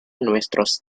nuestros